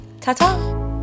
Ta-ta